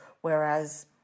whereas